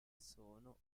sono